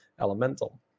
Elemental